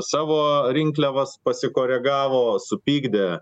savo rinkliavas pasikoregavo supykdė